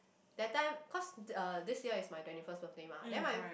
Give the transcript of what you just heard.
that time cause uh this year is my twenty first birthday mah then my